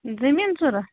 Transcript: زٔمیٖن ضروٗرت